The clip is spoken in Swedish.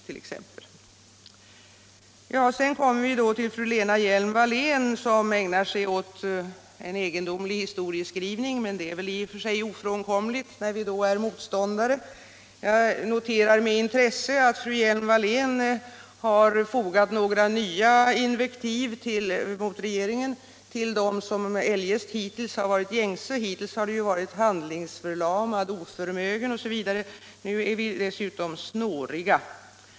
Fru Lena Hjelm-Wallén ägnade sig åt en egendomlig historieskrivning, men det är väl i och för sig något ofrånkomligt när vi är motståndare till varandra. Jag noterar med intresse att fru Hjelm-Wallén har fogat några nya direktiv mot regeringen till de tidigare gängse uttrycken — hittills har vi ju beskyllts för att vara ”handlingsförlamade”, ”oförmögna” osv., men nu är vi dessutom ”snåriga”.